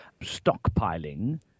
stockpiling